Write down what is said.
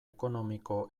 ekonomiko